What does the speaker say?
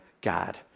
God